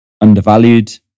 undervalued